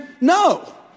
no